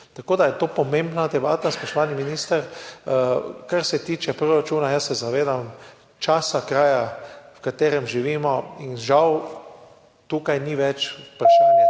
Tako da je to pomembna debata, spoštovani minister. Kar se tiče proračuna, se zavedam časa, kraja, v katerem živimo. Žal tukaj ni več vprašanje